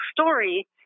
story